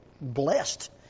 blessed